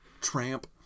Tramp